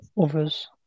others